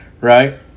right